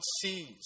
sees